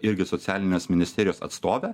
irgi socialinės ministerijos atstovę